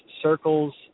circles